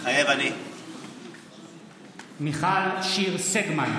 מתחייב אני מיכל שיר סגמן,